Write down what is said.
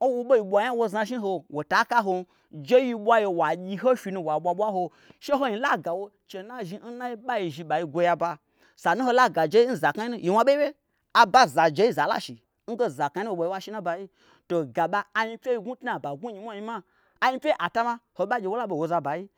nwobei ɓwanya nwo zhna shni n ho wota ka n hom jei ɓwaye wagyiho fyi nu wa ɓwaɓwa nho she hoin lagawo chenu nazhni nnaiye ɓai zhi ɓai gwo yaba sanu holaga jei n zaknai nu yi wna bei wye aba n jeiza lashi n ge zaknai nu ɓwa hnu washi nna ɓayi anyipyei gnwu tnaba ngnwu nyimwanyimwa anyipyei ata ma hoba gye wola be n woza bayi.